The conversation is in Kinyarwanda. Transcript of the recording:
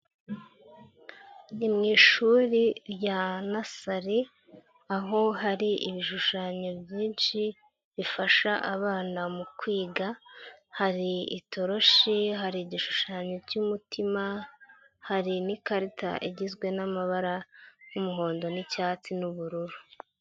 Ni mu ishuri rya nursery, aho hari ibishushanyo byinshi bifasha abana mu kwiga, hari itoroshi, hari igishushanyo cy'umutima, hari n'ikarita igizwe n'amabara y'umuhondo n'icyatsi n'ubururu.